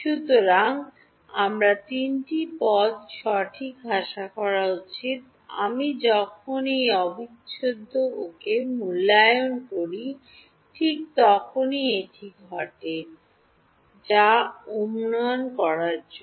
সুতরাং আমার তিনটি পদ সঠিক আশা করা উচিত আমি যখন এই অবিচ্ছেদ্য ওকে মূল্যায়ন করি ঠিক তখনই এটি ঘটে যায় তা অনুমান করার জন্য